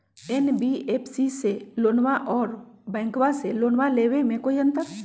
NBFC से लोनमा आर बैंकबा से लोनमा ले बे में कोइ अंतर?